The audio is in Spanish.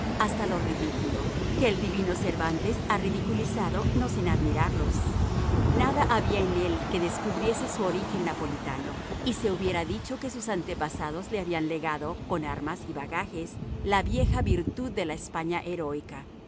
hasta lo ridículo que el divino cervantes ha ridiculizado no sin admirarlos nada había en él que descubriese su origen napolitano y se hubiera dicho que sus antepasados le habían legado con armas y bagajes la vieja virtud de la españa heroica